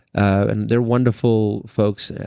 and they're wonderful folks. yeah